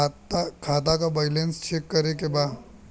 खाता का balance check करे के बा?